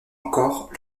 encore